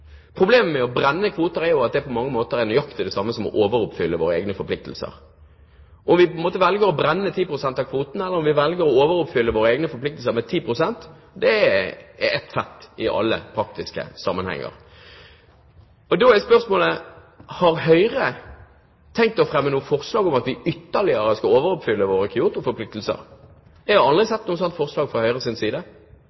Problemet med å brenne kvoter er at det på mange måter nøyaktig er det samme som å overoppfylle våre egne forpliktelser. Om vi velger å brenne 10 pst. av kvoten, eller om vi velger å overoppfylle våre egne forpliktelser med 10 pst., er ett fett i alle praktiske sammenhenger. Da er spørsmålet: Har Høyre tenkt å fremme noe forslag om at vi ytterligere skal overoppfylle våre